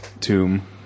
tomb